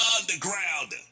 Underground